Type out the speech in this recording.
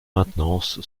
maintenance